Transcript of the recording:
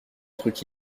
truc